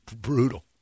Brutal